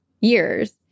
years